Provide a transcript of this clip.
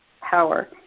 power